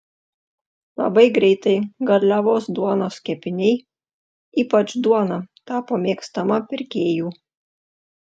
labai greitai garliavos duonos kepiniai ypač duona tapo mėgstama pirkėjų